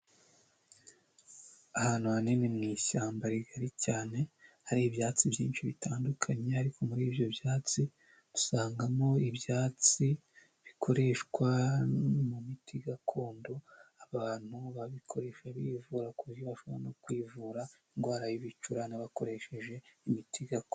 Ahantu hanini mu ishyamba rigari cyane, hari ibyatsi byinshi bitandukanye, ariko muri ibyo byatsi usangamo ibyatsi bikoreshwa mu miti gakondo, abantu babikoresha bivura ku buryo bashobora no kwivura indwara y'ibicurane, bakoresheje imiti i gakondo.